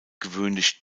gewöhnlich